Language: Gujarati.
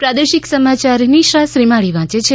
પ્રાદેશિક સમાચાર નિશા શ્રીમાળી વાંચે છે